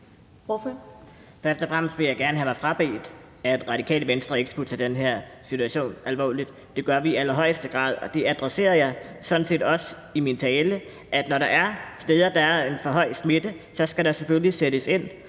og fremmest vil jeg gerne have mig frabedt, at Radikale Venstre ikke skulle tage den her situation alvorligt. Det gør vi i allerhøjeste grad, og det adresserede jeg sådan set også i min tale. Når der er steder, hvor der er en for høj smitte, så skal der selvfølgelig sættes ind.